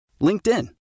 LinkedIn